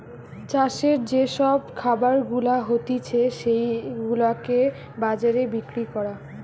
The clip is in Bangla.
চাষের যে সব খাবার গুলা হতিছে সেগুলাকে বাজারে বিক্রি করা